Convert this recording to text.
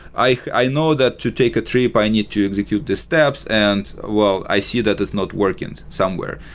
i i know that to take a trip, i need to execute the steps. and well, i see that is not working somewhere.